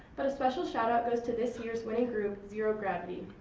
but a special shout out goes to this year's winning group, zero gravity.